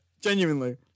genuinely